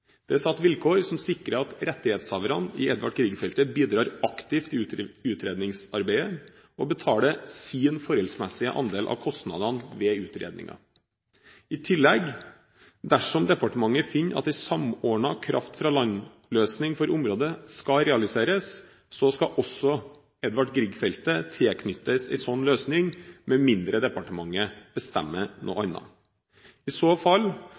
Det er satt vilkår som sikrer at rettighetshaverne i Edvard Grieg-feltet bidrar aktivt i utredningsarbeidet, og betaler sin forholdsmessige andel av kostnadene ved utredningen. I tillegg, dersom departementet finner at en samordnet kraft-fra-land-løsning for området skal realiseres, skal også Edvard Grieg-feltet tilknyttes en sånn løsning med mindre departementet bestemmer noe annet. I så fall